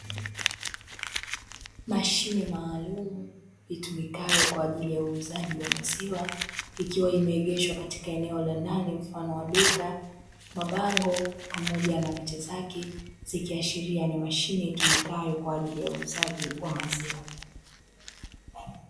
Mashine maalumu itumikayo kwa ajili ya uuzaji wa maziwa ikiwa imeegeshwa katika eneo la ndani mfano wa duka mabango pamoja na picha zake zikiashiria ni mashine itumikayo kwa ajili ya uuzaji wa maziwa .